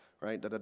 Right